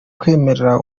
kwemerera